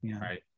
right